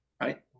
Right